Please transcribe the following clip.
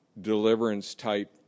deliverance-type